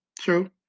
True